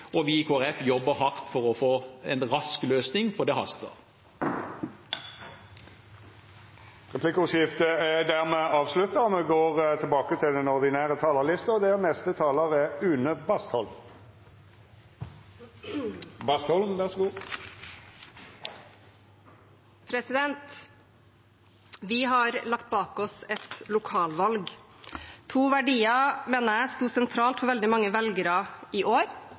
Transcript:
vi i Kristelig Folkeparti jobber hardt for å få en rask løsning, for det haster. Replikkordskiftet er dermed avslutta. Vi har lagt bak oss et lokalvalg. To verdier mener jeg sto sentralt for veldig mange velgere i år.